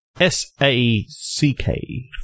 S-A-C-K